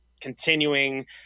continuing